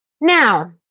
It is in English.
Now